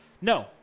No